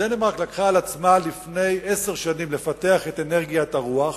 דנמרק לקחה על עצמה לפני עשר שנים לפתח את אנרגיית הרוח.